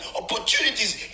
opportunities